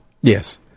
Yes